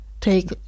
take